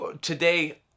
today